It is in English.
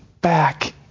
back